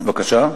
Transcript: אדוני השר,